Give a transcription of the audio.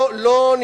זה הרבנות.